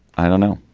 i don't know.